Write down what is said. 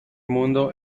mundo